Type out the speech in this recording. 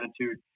attitude